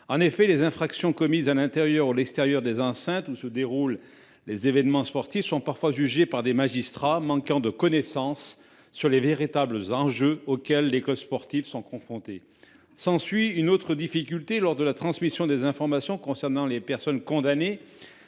En effet, les infractions commises tant à l’intérieur qu’à l’extérieur des enceintes où se déroulent des événements sportifs sont parfois jugées par des magistrats manquant de connaissances sur les véritables enjeux auxquels les clubs sportifs sont confrontés. S’ensuit une autre difficulté. Aux termes de l’article R. 332 2 du code